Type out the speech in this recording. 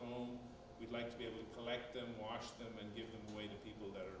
home we'd like to be able to collect them wash them and give them away to people that are